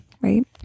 right